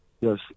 yes